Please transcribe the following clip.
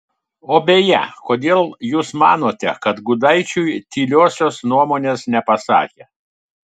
o beje kodėl jūs manote kad gudaičiui tyliosios nuomonės nepasakė